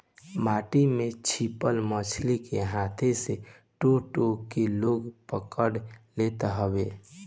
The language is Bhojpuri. माटी में छिपल मछरी के हाथे से टो टो के लोग पकड़ लेत हवे